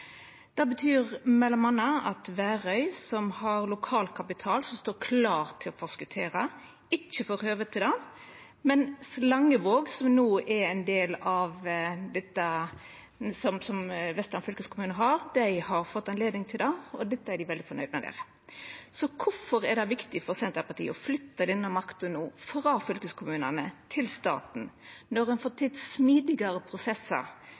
Det betyr m.a. at Værøy, som har lokal kapital som står klar til å forskottera, ikkje får høve til det, mens Langevåg, som no er ein del av dette som Vestland fylkeskommune har, har fått høve til det, og det er dei veldig fornøgde med der. Så korfor er det viktig for Senterpartiet no å flytta denne makta frå fylkeskommunane til staten, når ein får til smidigare prosessar